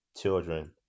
children